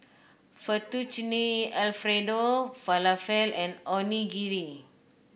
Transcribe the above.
Fettuccine Alfredo Falafel and Onigiri